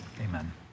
Amen